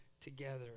together